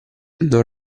non